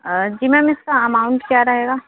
जी ma'am इसका amount क्या रहेगा